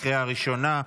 לקריאה ראשונה.